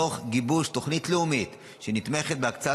תוך גיבוש תוכנית לאומית שנתמכת בהקצאת